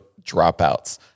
Dropouts